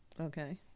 Okay